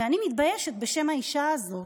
ואני מתביישת בשם האישה הזאת.